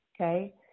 okay